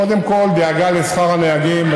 קודם כול, דאגה לשכר הנהגים.